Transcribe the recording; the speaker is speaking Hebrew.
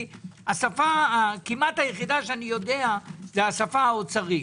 השפה הכמעט יחידה שאני יודע היא השפה האוצרית.